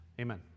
Amen